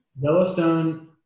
Yellowstone